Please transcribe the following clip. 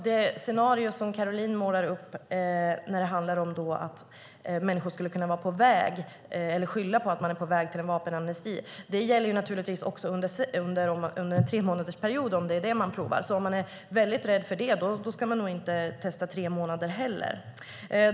Det scenario som Caroline målar upp om att människor skulle kunna skylla på att de är på väg att utnyttja en vapenamnesti gäller naturligtvis också under en tremånadersperiod, om man provar det. Är man väldigt rädd för det ska man nog inte testa tre månader heller.